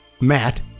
Matt